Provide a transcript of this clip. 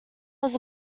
was